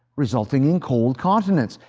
resulting in cold continents,